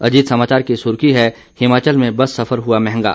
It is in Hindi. अजीत समाचार की सुखी है हिमाचल में बस सफर हुआ महंगा